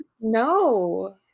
no